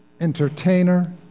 entertainer